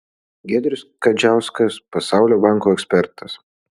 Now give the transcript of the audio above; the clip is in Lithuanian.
giedrius kadziauskas pasaulio banko ekspertas